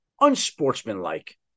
unsportsmanlike